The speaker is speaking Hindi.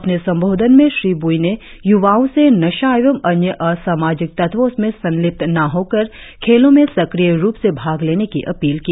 अपने संबोधन में श्री बुई ने यूवाओं से नशा एवं अन्य असामाजिक तत्वों में संलिप्त न होकर खेलों में सक्रिय रुप से भाग लेने की अपील की